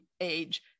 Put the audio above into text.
age